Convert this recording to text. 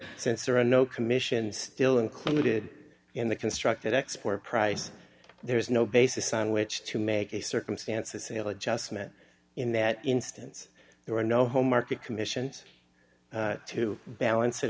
since there are no commission still included in the constructed export price there is no basis on which to make the circumstances ala just met in that instance there were no home market commissions to balance it